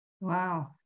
Wow